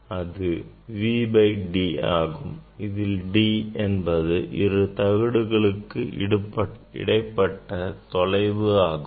அது V by D ஆகும் இதில் D என்பது இரண்டு தகடுகளுக்கு இடைப்பட்ட தொலைவு ஆகும்